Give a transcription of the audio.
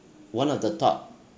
one of the top